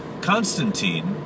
Constantine